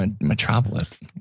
metropolis